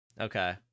Okay